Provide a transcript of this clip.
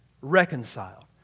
reconciled